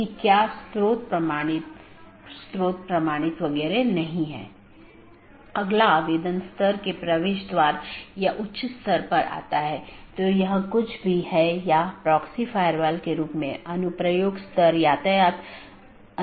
मुख्य रूप से दो BGP साथियों के बीच एक TCP सत्र स्थापित होने के बाद प्रत्येक राउटर पड़ोसी को एक open मेसेज भेजता है जोकि BGP कनेक्शन खोलता है और पुष्टि करता है जैसा कि हमने पहले उल्लेख किया था कि यह कनेक्शन स्थापित करता है